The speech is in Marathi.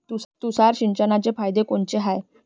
तुषार सिंचनाचे फायदे कोनचे हाये?